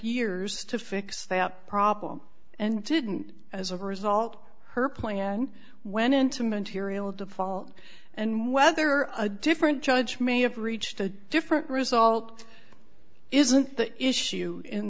years to fix the problem and didn't as a result her plan went into material default and whether a different judge may have reached a different result isn't the issue in